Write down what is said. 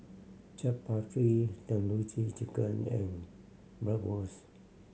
Chaat Papri Tandoori Chicken and Bratwurst